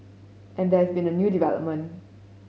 and there's been a new development